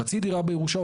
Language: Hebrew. חצי דירה בירושה,